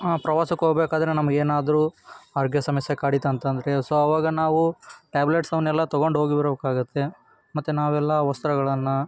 ಪ್ರವಾಸಕ್ಕೆ ಹೋಗ್ಬೇಕಾದ್ರೆ ನಮಗೇನಾದ್ರು ಆರೋಗ್ಯದ ಸಮಸ್ಯೆ ಕಾಡಿತು ಅಂತ ಅಂದ್ರೆ ಸೊ ಆವಾಗ ನಾವು ಟ್ಯಾಬ್ಲೆಟ್ಸ್ ಅವನ್ನೆಲ್ಲ ತೊಗೊಂಡೋಗಿ ಇರಬೇಕಾಗುತ್ತೆ ಮತ್ತು ನಾವೆಲ್ಲ ವಸ್ತ್ರಗಳನ್ನು